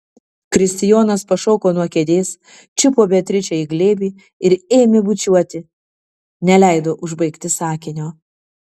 kristijonas pašoko nuo kėdės čiupo beatričę į glėbį ir ėmė bučiuoti neleido užbaigti sakinio